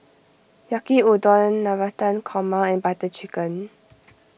Yaki Udon Navratan Korma and Butter Chicken